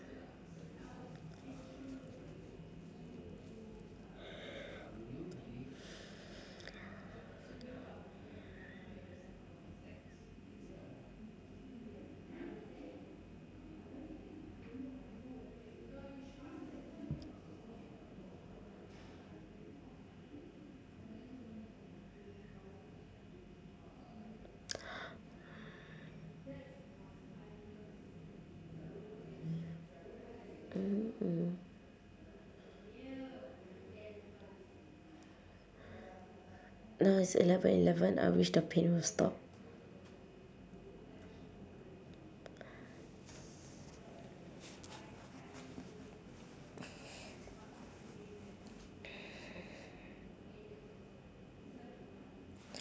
mm mm now is eleven eleven I wish the pain will stop